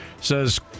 says